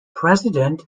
president